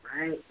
Right